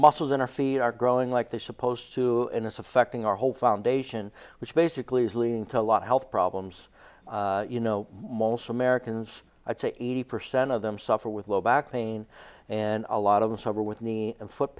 muscles in our feet are growing like they're supposed to in effect in our whole foundation which basically is leading to a lot health problems you know most americans i'd say eighty percent of them suffer with low back pain and a lot of the summer with knee and foot